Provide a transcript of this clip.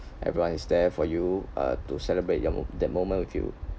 everyone is there for you uh to celebrate your mo~ that moment with you